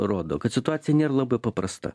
rodo kad situacija nėr labai paprasta